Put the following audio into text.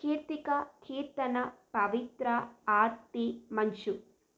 Keerthika Keerthana Pavithra Aarthi Manju